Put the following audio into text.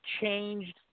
changed